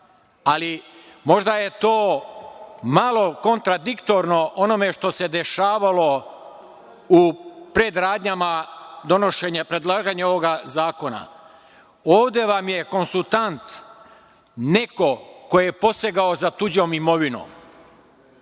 ali možda je to malo kontradiktorno onome što se dešavalo u predradnjama predlaganja ovoga zakona. Ovde vam je konsultant neko ko je posegao za tuđom imovinom